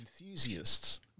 enthusiasts